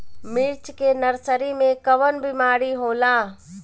मिर्च के नर्सरी मे कवन बीमारी होला?